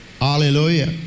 Hallelujah